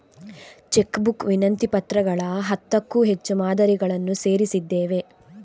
check book ವಿನಂತಿ ಪತ್ರಗಳ ಹತ್ತಕ್ಕೂ ಹೆಚ್ಚು ಮಾದರಿಗಳನ್ನು ಸೇರಿಸಿದ್ದೇವೆ